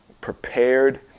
prepared